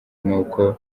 n’uko